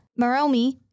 Maromi